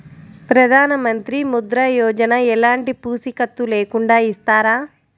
ప్రధానమంత్రి ముద్ర యోజన ఎలాంటి పూసికత్తు లేకుండా ఇస్తారా?